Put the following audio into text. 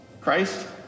Christ